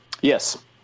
Yes